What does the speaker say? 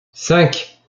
cinq